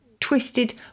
Twisted